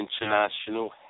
international